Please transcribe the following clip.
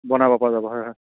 বনাব পৰা যাব হয় হয়